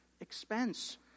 expense